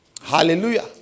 Hallelujah